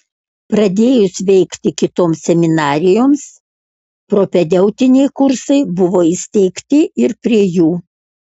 pradėjus veikti kitoms seminarijoms propedeutiniai kursai buvo įsteigti ir prie jų